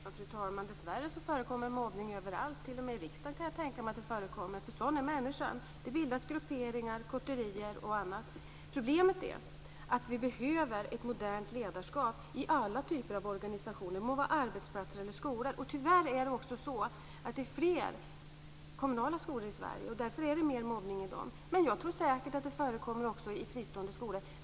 Fru talman! Dessvärre förekommer mobbning överallt, t.o.m. i riksdagen kan jag tänka mig att det förekommer. Sådan är människan. Det bildas grupperingar, kotterier och annat. Problemet är att vi behöver ett modernt ledarskap i alla typer av organisationer. Det må vara arbetsplatser eller skolor. Tyvärr finns det fler kommunala skolor i Sverige och därmed får de en större del av mobbningen. Men jag tror säkert att det förekommer också i fristående skolor.